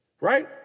right